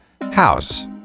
house